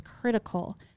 critical